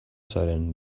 zaren